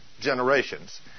generations